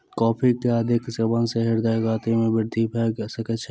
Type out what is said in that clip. coffee के अधिक सेवन सॅ हृदय गति में वृद्धि भ सकै छै